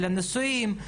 של נישואים,